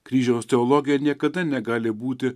kryžiaus teologija niekada negali būti